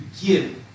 give